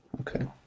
Okay